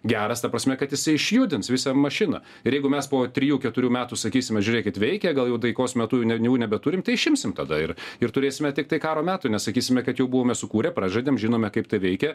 geras ta prasme kad jisai išjudins visą mašiną ir jeigu mes po trijų keturių metų sakysime žiūrėkit veikia gal jau taikos metu jų jų nebeturim tai išimsim tada ir ir turėsime tiktai karo metų nes sakysime kad jau buvome sukūrę pražaidėm žinome kaip tai veikia